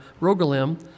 Rogalim